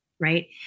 right